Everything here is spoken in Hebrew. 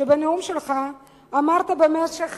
שבנאום שלך אמרת במשך